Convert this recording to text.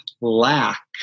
lack